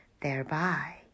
thereby